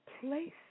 place